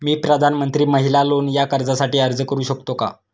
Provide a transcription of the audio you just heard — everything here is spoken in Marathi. मी प्रधानमंत्री महिला लोन या कर्जासाठी अर्ज करू शकतो का?